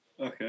Okay